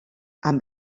amb